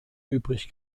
übrig